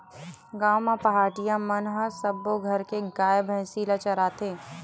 गाँव म पहाटिया मन ह सब्बो घर के गाय, भइसी ल चराथे